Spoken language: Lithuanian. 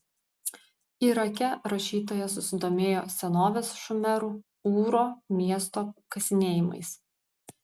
irake rašytoja susidomėjo senovės šumerų ūro miesto kasinėjimais